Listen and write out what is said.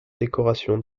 décoration